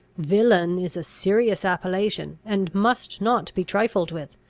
villain is a serious appellation, and must not be trifled with.